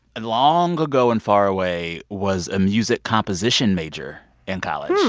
and long ago and far away, was a music composition major in college.